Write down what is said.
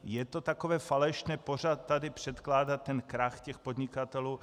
Je to takové falešné pořád tady předkládat krach podnikatelů.